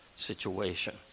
situation